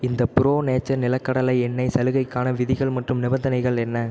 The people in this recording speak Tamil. இந்த ப்ரோ நேச்சர் நிலக்கடலை எண்ணெய் சலுகைக்கான விதிகள் மற்றும் நிபந்தனைகள் என்ன